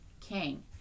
king